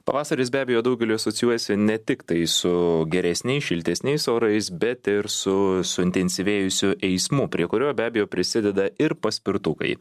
pavasaris be abejo daugeliui asocijuojasi ne tiktai su geresniais šiltesniais orais bet ir su suintensyvėjusiu eismu prie kurio be abejo prisideda ir paspirtukai